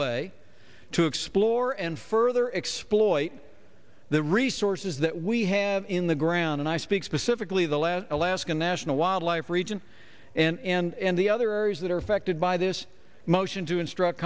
way to explore and further exploit the resources that we have in the ground and i speak specifically the last alaska national wildlife region and the other areas that are affected by this motion to instruct